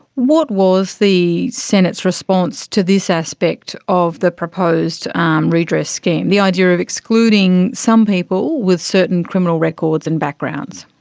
what was the senate's response to this aspect of the proposed um redress scheme, the idea of excluding some people with certain criminal records and backgrounds?